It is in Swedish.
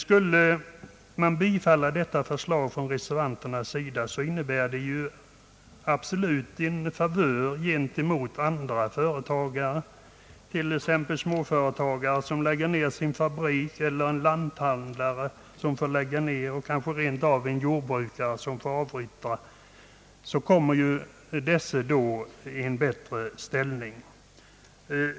Skulle reservanternas förslag bifallas skulle det innebära en favör för fiskarna jämfört med andra företagare, t.ex. småföretagare som lägger ned sin fabrik och lanthandlare som måste slå igen butiken. Man kan också rent av jämföra med jordbrukare vilkas jordbruk läggs ned.